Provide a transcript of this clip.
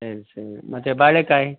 ಸರಿ ಸರಿ ಮತ್ತು ಬಾಳೆಕಾಯಿ